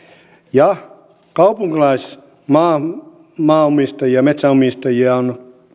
kaupunkilaismaanomistajia metsänomistajia on